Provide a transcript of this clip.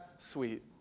sweet